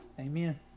Amen